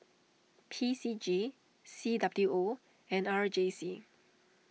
P C G C W O and R J C